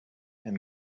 and